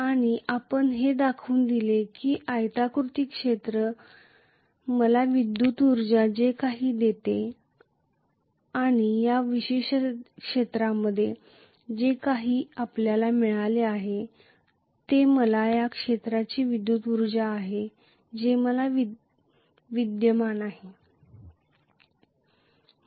आणि आपण हे दाखवून दिले की हे आयताकृती क्षेत्र हे क्षेत्र मला विद्युत ऊर्जा जे काही देते ते देते आणि या विशिष्ट क्षेत्रामध्ये जे काही आम्हाला मिळाले आहे ते मला त्या क्षेत्राची विद्युत् उर्जा आहे जे विद्यमान आहे